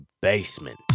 basement